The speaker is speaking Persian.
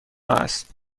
است